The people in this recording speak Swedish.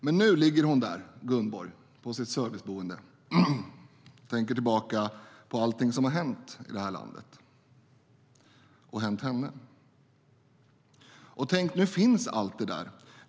Men nu ligger hon där, Gunborg, på sitt serviceboende och tänker tillbaka på allting som har hänt i det här landet och hänt henne. Och tänk nu finns allt det där!